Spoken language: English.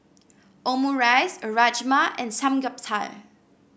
Omurice Rajma and Samgyeopsal